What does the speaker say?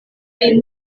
pri